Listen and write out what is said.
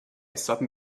sudden